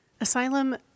Asylum